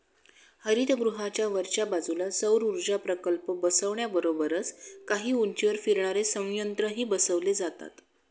हरितगृहाच्या वरच्या बाजूला सौरऊर्जा प्रकल्प बसवण्याबरोबरच काही उंचीवर फिरणारे संयंत्रही बसवले जातात